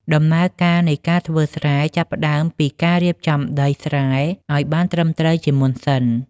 ដំណើរការនៃការធ្វើស្រែចាប់ផ្តើមពីការរៀបចំដីស្រែឱ្យបានត្រឹមត្រូវជាមុនសិន។